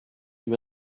lui